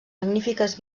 magnífiques